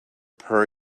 per